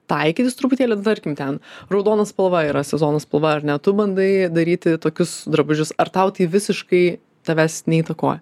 taikytis truputėlį nu tarkim ten raudona spalva yra sezono spalva ar ne tu bandai daryti tokius drabužius ar tau tai visiškai tavęs neįtakoja